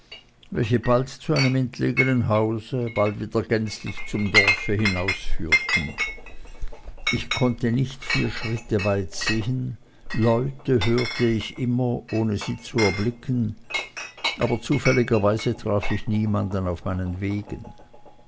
welche bald zu einem entlegenen hause bald wieder gänzlich zum dorfe hinausführten ich konnte nicht vier schritte weit sehen leute hörte ich immer ohne sie zu erblicken aber zufälligerweise traf ich niemanden auf meinen wegen